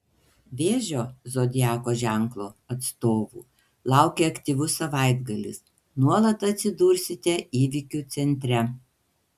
vėžio zodiako ženklo atstovų laukia aktyvus savaitgalis nuolat atsidursite įvykių centre